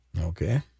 Okay